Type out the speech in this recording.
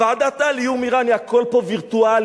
ועדת-טל, איום אירני, הכול פה וירטואלי.